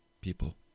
people